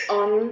on